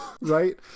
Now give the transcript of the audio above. right